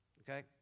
Okay